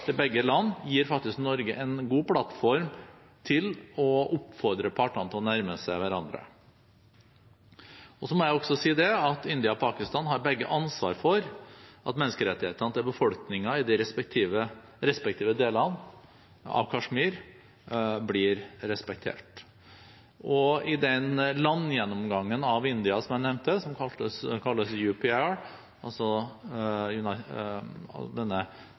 til begge land gir faktisk Norge en god plattform til å oppfordre partene til å nærme seg hverandre. Så må jeg også si at India og Pakistan har begge ansvar for at menneskerettighetene til befolkningen i de respektive delene av Kashmir blir respektert. I den landgjennomgangen av India som jeg nevnte, som kalles